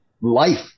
life